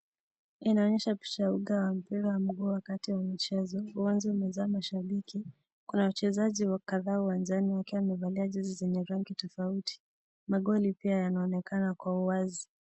Inaonyesha picha ya uga wa mpira wa mguu wakati wa michezo. Uwanja umejaa mashabiki. Kuna wachezaji kadhaa uwanjani wakiwa wamevalia jezi zenye rangi tofauti na magoli pia yanaonekana kwa uwazi.